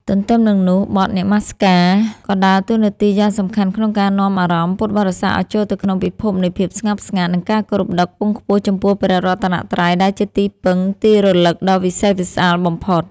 ទន្ទឹមនឹងនោះ បទនមស្ការ ក៏ដើរតួនាទីយ៉ាងសំខាន់ក្នុងការនាំអារម្មណ៍ពុទ្ធបរិស័ទឱ្យចូលទៅក្នុងពិភពនៃភាពស្ងប់ស្ងាត់ និងការគោរពដ៏ខ្ពង់ខ្ពស់ចំពោះព្រះរតនត្រ័យ ដែលជាទីពឹងទីរលឹកដ៏វិសេសវិសាលបំផុត។